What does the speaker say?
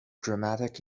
dramatic